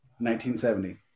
1970